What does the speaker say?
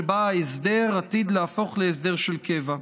שבה ההסדר עתיד להפוך להסדר של קבע.